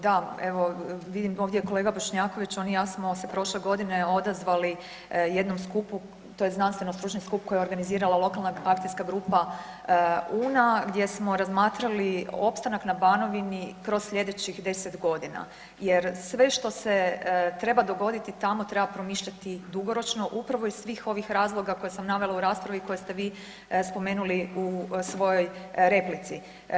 Da, evo vidim ovdje je kolega Bošnjaković, on i ja smo se prošle godine odazvali jednom skupu to je znanstveno-stručni skup koji je organizirala lokalna akcijska grupa Una gdje smo razmatrali opstanak na Banovini kroz sljedećih 10 godina, jer sve što se treba dogoditi tamo treba promišljati dugoročno upravo iz svih ovih razloga koje sam navala u raspravi i koje ste vi spomenuli u svojoj replici.